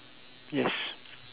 yes